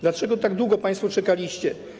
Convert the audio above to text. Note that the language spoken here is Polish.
Dlaczego tak długo państwo czekaliście?